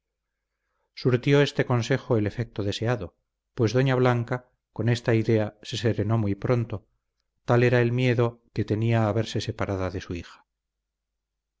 surtió este consejo el efecto deseado pues doña blanca con esta idea se serenó muy pronto tal era el miedo que tenía a verse separada de su hija